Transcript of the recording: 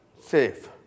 safe